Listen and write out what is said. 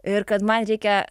ir kad man reikia